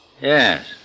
Yes